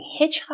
hitchhike